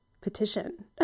petition